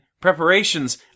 preparations